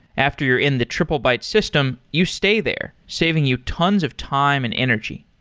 after you're in the triplebyte system, you stay there, saving you tons of time and energy.